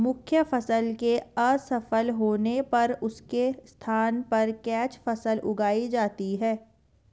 मुख्य फसल के असफल होने पर उसके स्थान पर कैच फसल उगाई जाती है